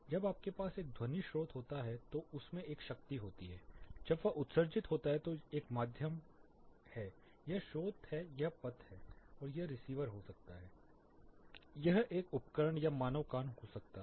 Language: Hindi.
जब आपके पास एक ध्वनि स्रोत होता है तो उसमें एक शक्ति होती है जब वह उत्सर्जित होता है तो एक माध्यम है यह स्रोत है यह पथ है और यह रिसीवर हो सकता है एक उपकरण या मानव कान हो सकता है